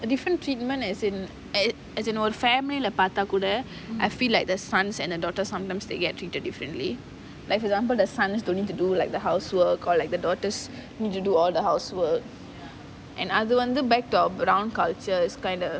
a different treatment as in a as in ஒரு:oru family பாத்த கூட:paatha kuda I feel like the sons and the daughters sometimes they get treated differently like for example the sons don't need to do like the housework or like the daughters need to do all the housework and அது வந்து:athu vanthu back to our brown culture it's kind of